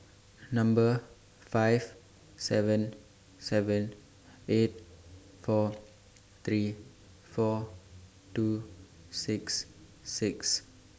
Number five seven seven eight four three four two six six